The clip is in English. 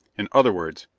in other words,